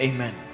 Amen